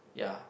ya